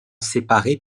séparés